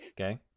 Okay